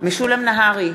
משולם נהרי,